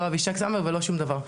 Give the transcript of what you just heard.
לא אבישג סומברג ולא שום דבר.